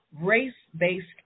race-based